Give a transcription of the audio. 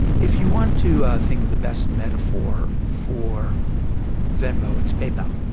if you want to think of the best metaphor for venmo, it's paypal.